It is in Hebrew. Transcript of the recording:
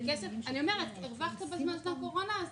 אני אומרת: הרווחת בזמן הקורונה,